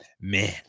man